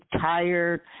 tired